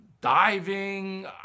diving